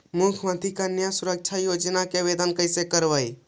मुख्यमंत्री कन्या सुरक्षा योजना के आवेदन कैसे करबइ?